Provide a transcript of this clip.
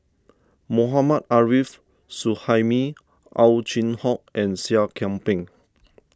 Mohammad Arif Suhaimi Ow Chin Hock and Seah Kian Peng